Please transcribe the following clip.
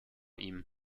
ihm